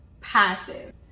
passive